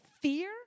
fear